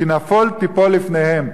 כי נפול תיפול לפניהם.